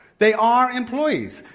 they are employees.